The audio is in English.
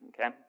okay